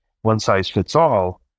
one-size-fits-all